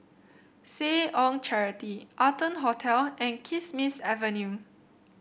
Seh Ong Charity Arton Hotel and Kismis Avenue